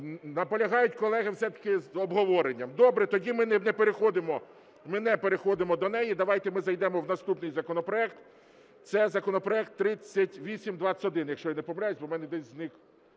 Наполягають колеги все-таки з обговоренням. Добре, тоді ми не переходимо, ми не переходимо до неї. Давайте ми зайдемо в наступний законопроект, це законопроект 3821, якщо я не помиляюся, бо в мене десь зник